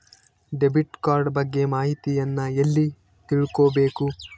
Debit card ಬಗ್ಗೆ ಮಾಹಿತಿಯನ್ನ ಎಲ್ಲಿ ತಿಳ್ಕೊಬೇಕು?